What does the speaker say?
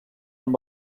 amb